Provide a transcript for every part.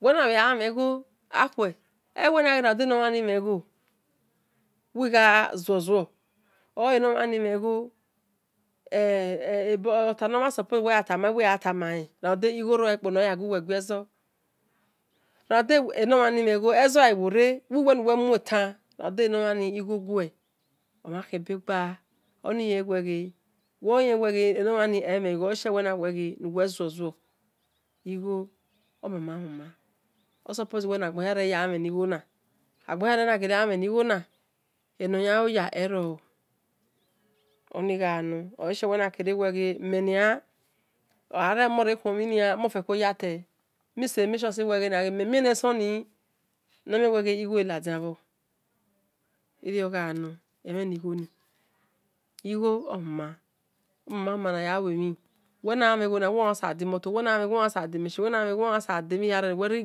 Uwe nabhe gha mhe igbo akhue wi gha uwenebheghamhe igho uwabhenem neghona ko gha gui enezo wishietan ramude emheigho noyan yaguwe gueze osuppose nagbohia yagha mhen kigho na agbonhia rere nagha mhenigho na enoyanloya erol oleshi menuwe ghena oghayi mokhuon mhin miseye yate make sure say men mienesuni igho ladianbhor iriogha nar emhin-enighoni igho ohuma igho ohuma uwe na gha mhen igho uwe yan sabodimotor machine emhin hia nuwe riri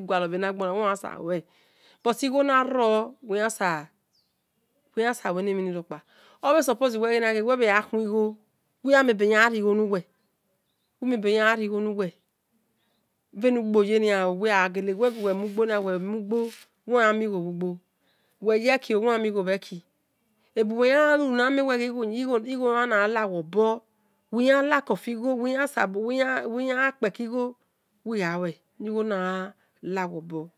gualor bhena gbonu but igho nie ro uwe yasabol ueni rokpa obhe suppose uigha khue igho uwe mieberigho nuwe bhe nu gbe ye uwe gha mugbo ebuwe ya gha lu igbo gha hawe obor uwe yan lack of igho uwi yankpeki gho uwe alue ni-igho gha la we obon